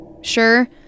Sure